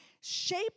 shape